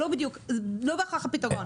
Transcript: זה לא בהכרח פתרון.